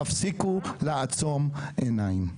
תפסיקו לעצום עיניים.